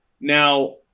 Now